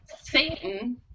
Satan